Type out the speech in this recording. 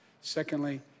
Secondly